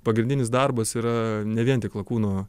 pagrindinis darbas yra ne vien tik lakūno